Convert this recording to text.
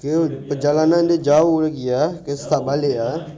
so perjalanan dia jauh lagi ah kena start balik ah